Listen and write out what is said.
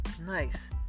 nice